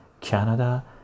Canada